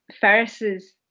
ferris's